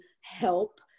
help